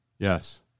Yes